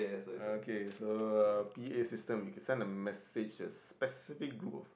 okay so p_a system send a message as specific group